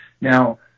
now